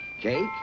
Cake